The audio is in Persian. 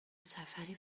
سفری